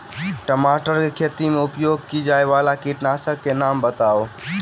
टमाटर केँ खेती मे उपयोग की जायवला कीटनासक कऽ नाम बताऊ?